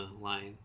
line